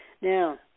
Now